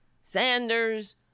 Sanders